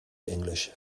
english